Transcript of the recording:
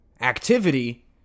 activity